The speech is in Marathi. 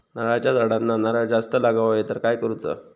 नारळाच्या झाडांना नारळ जास्त लागा व्हाये तर काय करूचा?